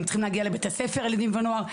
הם צריכים להגיע לבית הספר, הילדים והנוער.